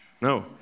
No